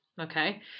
okay